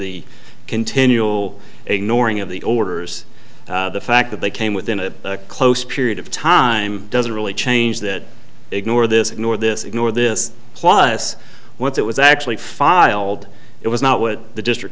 the continual ignoring of the orders the fact that they came within a close period of time doesn't really change that ignore this ignore this ignore this plus once it was actually filed it was not what the district